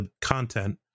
content